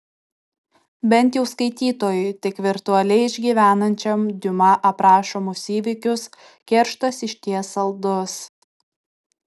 bent jau skaitytojui tik virtualiai išgyvenančiam diuma aprašomus įvykius kerštas išties saldus